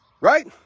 Right